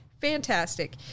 fantastic